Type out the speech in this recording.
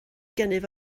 gennyf